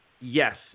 yes